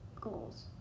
goals